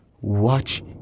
watch